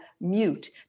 mute